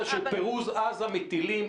של פירוז עזה מטילים.